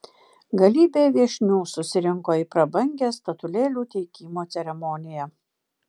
galybė viešnių susirinko į prabangią statulėlių teikimo ceremoniją